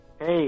Hey